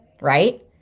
right